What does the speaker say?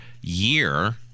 year